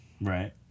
Right